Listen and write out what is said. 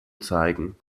zeigen